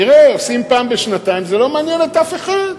תראה, עושים פעם בשנתיים, זה לא מעניין את אף אחד.